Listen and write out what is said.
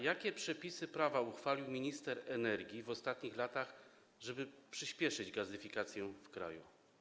Jakie przepisy prawa uchwalił minister energii w ostatnich latach, żeby przyspieszyć gazyfikację w kraju?